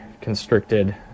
constricted